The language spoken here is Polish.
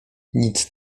nic